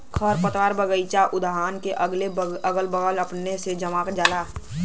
खरपतवार बगइचा उद्यान के अगले बगले अपने से जम जाला